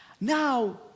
Now